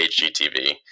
HGTV